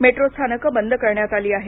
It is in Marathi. मेट्रो स्थानक बंद करण्यात आली आहेत